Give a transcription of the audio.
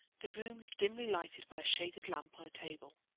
the room is dimly lighted by a shaded lamp on a table.